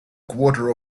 quarter